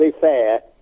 fair